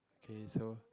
okay so